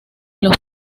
los